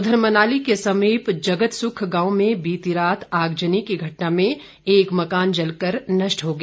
उधर मनाली के समीप जगतसुख गांव में बीती रात आगजनी की घटना में एक मकान जलकर नष्ट हो गया